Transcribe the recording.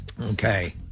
Okay